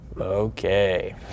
Okay